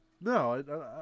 No